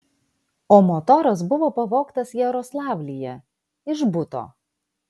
o motoras buvo pavogtas jaroslavlyje iš buto